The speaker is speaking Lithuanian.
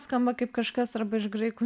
skamba kaip kažkas arba iš graikų